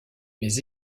mais